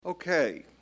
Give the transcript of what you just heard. Okay